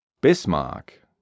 Bismarck